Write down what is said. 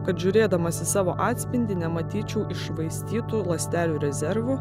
kad žiūrėdamas į savo atspindį nematyčiau iššvaistytų ląstelių rezervų